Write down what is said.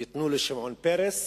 ייתנו לשמעון פרס